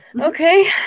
okay